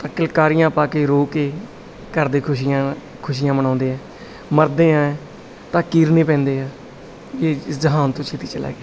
ਤਾਂ ਕਿਲਕਾਰੀਆਂ ਪਾ ਕੇ ਰੋ ਕੇ ਘਰ ਦੇ ਖੁਸ਼ੀਆਂ ਖੁਸ਼ੀਆਂ ਮਨਾਉਂਦੇ ਹੈ ਮਰਦੇ ਹੈ ਤਾਂ ਕੀਰਨੇ ਪੈਂਦੇ ਹੈ ਕਿ ਇਸ ਜਹਾਨ ਤੋਂ ਛੇਤੀ ਚਲਾ ਗਿਆ